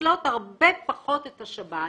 מנצלות הרבה פחות את השב"ן